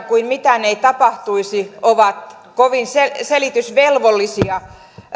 kuin mitään ei tapahtuisi ovat kovin selitysvelvollisia